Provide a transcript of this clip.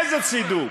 תקשיב,